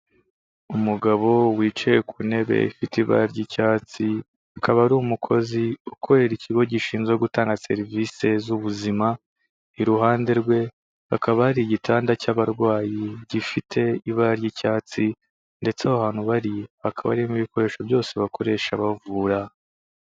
Umugabo wicaye ku ntebe ifite ibara ry'icyatsi, akaba ari umukozi ukorera ikigo gishinzwe gutanga serivisi z'ubuzima, iruhande rwe hakaba hari igitanda cy'abarwayi gifite ibara ry'icyatsi ndetse aho hantu bari, hakaba harimo ibikoresho byose bakoresha bavura.